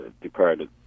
departed